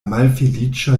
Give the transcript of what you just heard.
malfeliĉa